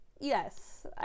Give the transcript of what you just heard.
yes